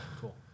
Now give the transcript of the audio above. cool